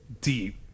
Deep